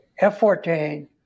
F-14